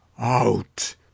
out